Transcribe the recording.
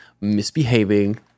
misbehaving